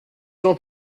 jean